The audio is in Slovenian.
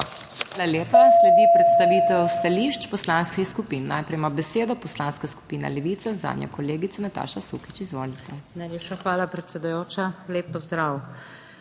Hvala lepa. Sledi predstavitev stališč poslanskih skupin. Najprej ima besedo Poslanska skupina Levica, zanjo kolegica Nataša Sukič. Izvolite. NATAŠA SUKIČ (PS Levica): Najlepša hvala predsedujoča. Lep pozdrav!